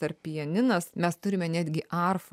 ar pianinas mes turime netgi arfą